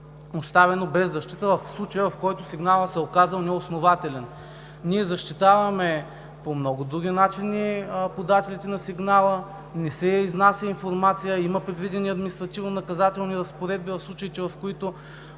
оставено без защита в случая, в който сигналът се е оказал неоснователен. Ние защитаваме по много други начини подателите на сигнала, не се изнася информация. Има предвидени административнонаказателни разпоредби за случаите, в които